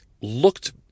Looked